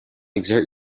exert